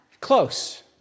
Close